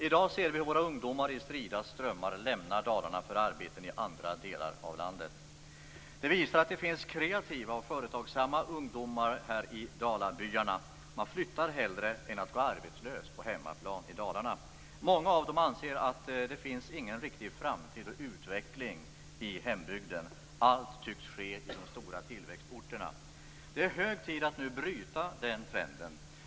I dag ser vi våra ungdomar i strida strömmar lämna Dalarna för arbeten i andra delar av landet. Detta visar att det finns kreativa och företagsamma ungdomar i Dalabyarna. Man flyttar hellre än att gå arbetslös på hemmaplan i Dalarna. Många av dem anser att det inte finns någon riktig framtid och utveckling i hembygden. Allt tycks ske i de stora tillväxtorterna. Det är hög tid att nu bryta den trenden.